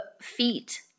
feet